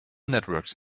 networks